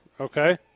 Okay